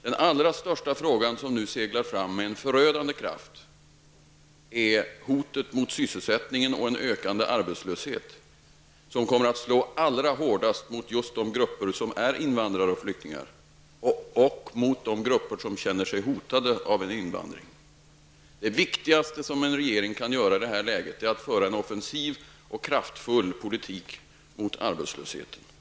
Den allra största frågan, som nu seglar fram med förödande kraft, gäller hotet mot sysselsättningen och en ökande arbetslöshet, som kommer att slå hårdast mot invandrare och flyktingar och mot de grupper som känner sig hotade av en invandring. Det viktigaste som en regering kan göra i det här läget är att föra en offensiv och kraftfull politik mot arbetslösheten.